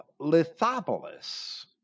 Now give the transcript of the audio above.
lithobolus